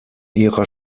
ihrer